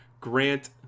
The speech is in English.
grant